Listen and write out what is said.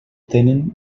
tenen